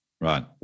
Right